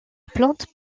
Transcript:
plante